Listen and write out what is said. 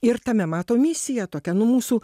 ir tame matom misiją tokia nu mūsų